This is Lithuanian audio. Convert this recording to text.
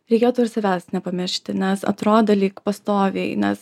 reikėtų ir savęs nepamiršti nes atrodo lyg pastoviai nes